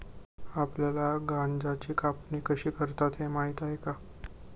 आपल्याला गांजाची कापणी कशी करतात हे माहीत आहे का?